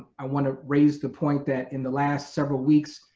i wanna raise the point that in the last several weeks,